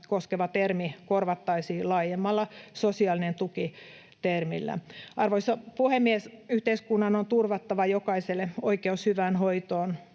koskeva termi korvattaisiin laajemmalla sosiaalinen tuki ‑termillä. Arvoisa puhemies! Yhteiskunnan on turvattava jokaiselle oikeus hyvään hoitoon